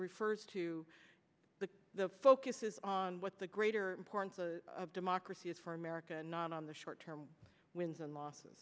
refers to the the focus is on what the greater importance of democracy is for america and not on the short term wins and losses